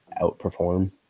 outperform